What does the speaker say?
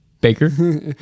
Baker